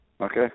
Okay